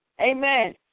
amen